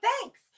thanks